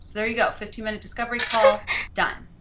there you go fifteen minute discovery call done.